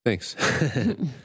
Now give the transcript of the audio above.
Thanks